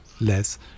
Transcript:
less